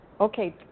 Okay